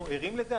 אנחנו ערים לזה,